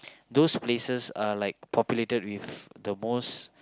those places are like populated with the most